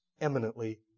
eminently